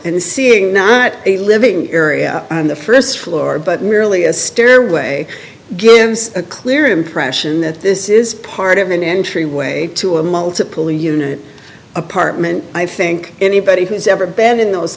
and seeing not a living area the st floor but merely a stairway a clear impression that this is part of an entryway to a multiple unit apartment i think anybody who's ever been in those